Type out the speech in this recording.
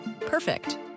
Perfect